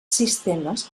sistemes